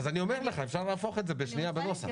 אז אפשר להפוך את זה בשנייה בנוסח.